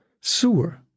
sewer